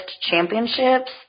championships